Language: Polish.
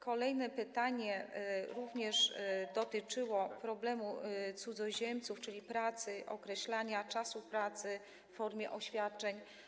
Kolejne pytanie również dotyczyło problemu cudzoziemców, czyli określania czasu pracy w formie oświadczeń.